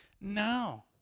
now